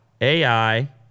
AI